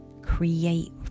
create